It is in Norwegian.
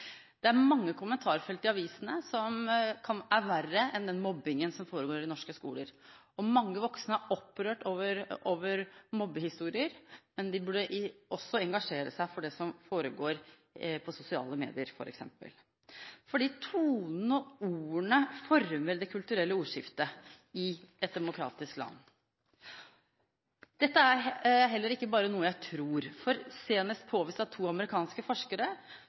Det er mange kommentarfelt i avisene som er verre enn den mobbingen som foregår i norske skoler. Mange voksne er opprørt over mobbehistorier, men de burde også engasjere seg i det som foregår på sosiale medier f.eks., fordi tonen og ordene former det kulturelle ordskiftet i et demokratisk land. Dette er ikke bare noe jeg tror, for det er senest påvist av to amerikanske forskere